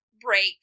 break